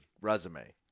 resume